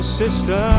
sister